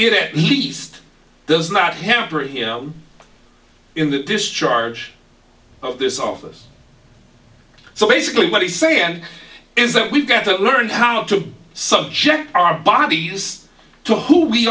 it at least does not hamper here in the discharge of this office so basically what he's saying is that we've got to learn how to subject our bodies to who we